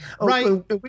right